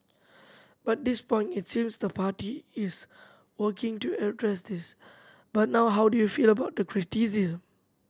but this point it seems the party is working to address this but now how do you feel about the criticism